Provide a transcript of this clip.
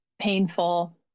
painful